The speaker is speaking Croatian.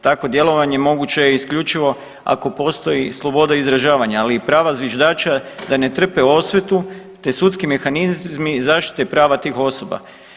Takvo djelovanje moguće je isključivo ako postoji sloboda izražavanja, ali i prava zviždača da ne trpe osvetu te sudski mehanizmi zaštite prava tih osoba.